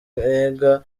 umwega